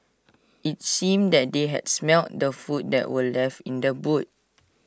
IT seemed that they had smelt the food that were left in the boot